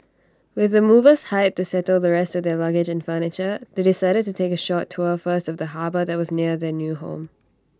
with the movers hired to settle the rest of their luggage and furniture they decided to take A short tour first of the harbour that was near their new home